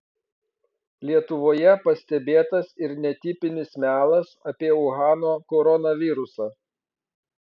lietuvoje pastebėtas ir netipinis melas apie uhano koronavirusą